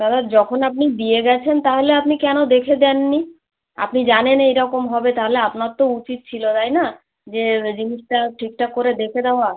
দাদা যখন আপনি দিয়ে গেছেন তাহলে আপনি কেন দেখে দেন নি আপনি জানেন এই রকম হবে তাহলে আপনার তো উচিত ছিলো তাই না যে জিনিসটা ঠিকঠাক করে দেখে দেওয়া